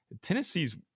Tennessee's